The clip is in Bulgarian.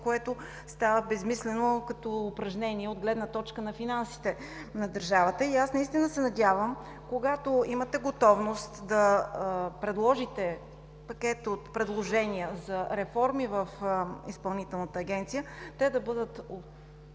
което става безсмислено упражнение от гледна точка на финансите на държавата. И аз наистина се надявам, когато имате готовност, да предложите пакет от предложения за реформи в Изпълнителната агенция, те да бъдат